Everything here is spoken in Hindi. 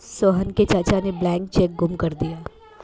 सोहन के चाचा ने ब्लैंक चेक गुम कर दिया